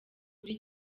kuri